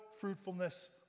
fruitfulness